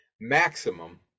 maximum